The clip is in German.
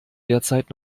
derzeit